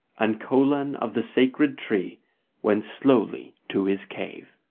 and colan of the sacred tree went slowly to his cave.